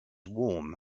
warm